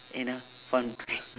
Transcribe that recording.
you know f~